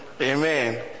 Amen